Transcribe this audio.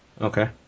Okay